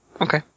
Okay